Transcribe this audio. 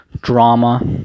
drama